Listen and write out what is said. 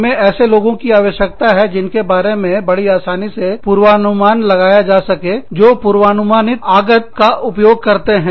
हमें ऐसे लोगों की आवश्यकता है जिनके बारे में बड़ी आसानी से पूर्वानुमान लगाया जा सके जो पूर्वानुमानित आगत का उपयोग करते हैं